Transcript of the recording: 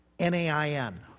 N-A-I-N